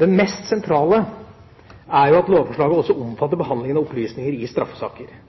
Den mest sentrale er at lovforslaget også omfatter